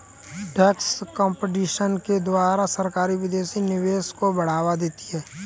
tax competition के द्वारा सरकारी विदेशी निवेश को बढ़ावा देती है